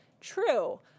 True